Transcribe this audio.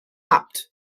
apt